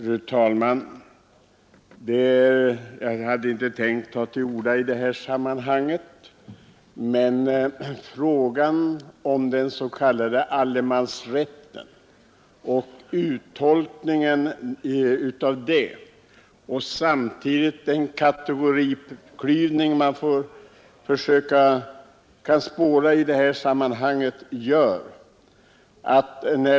Fru talman! Jag hade inte tänkt ta till orda i det här ärendet, men jag vill kommentera uttolkningen av den s.k. allemansrätten och den kategoriklyvning man kan spåra i detta sammanhang.